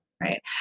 right